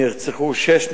נרצחו שש נשים,